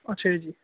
ਅੱਛਾ ਜੀ